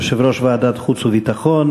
יושב-ראש ועדת החוץ והביטחון.